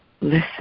listen